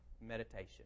meditation